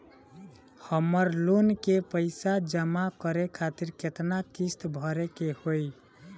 हमर लोन के पइसा जमा करे खातिर केतना किस्त भरे के होई?